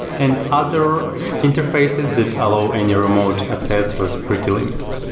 and other interfaces that allow any remote access was pretty limited.